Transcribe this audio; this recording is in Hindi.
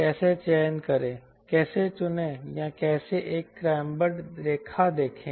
कैसे चयन करें कैसे चुनें या कैसे एक कैम्ब्रड रेखा देखें